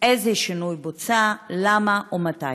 איזה שינוי בוצע, למה ומתי?